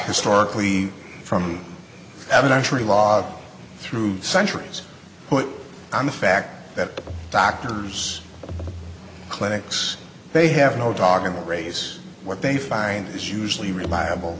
historically from evidentiary law through centuries put on the fact that doctors clinics they have no dog in the race what they find is usually reliable